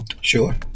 Sure